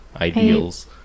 ideals